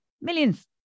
Millions